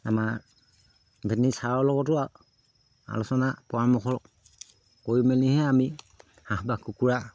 আমাৰ ভেটেনেৰীৰ ছাৰৰ লগতো আলোচনা পৰামৰ্শ কৰি মেলিহে আমি হাঁহ বা কুকুৰা